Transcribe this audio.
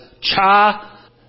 Cha